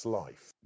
life